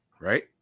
Right